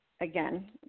again